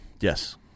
Yes